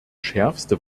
schärfste